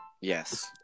Yes